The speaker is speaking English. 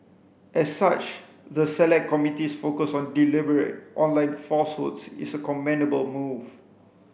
as such the select committee's focus on deliberate online falsehoods is a commendable move